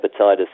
hepatitis